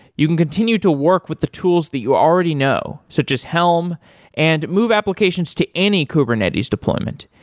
you can continue to work with the tools that you already know such as helm and move applications to any kubernetes deployment.